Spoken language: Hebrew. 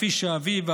כפי שאביו,